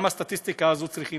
גם את הסטטיסטיקה הזאת צריכים,